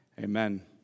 Amen